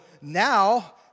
now